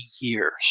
years